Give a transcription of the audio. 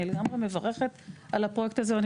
אני לגמרי מברכת על הפרויקט הזה ואני